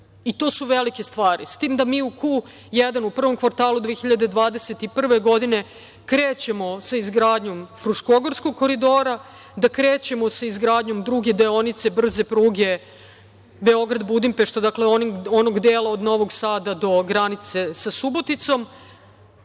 su velike stvari, s tim da mi u Q1, u prvom kvartalu 2021. godine, krećemo sa izgradnjom Fruškogorskog koridora, da krećemo sa izgradnjom pruge deonice brze pruge Bograd – Budimpešta, dakle onog dela od Novog Sada do granice sa Suboticom,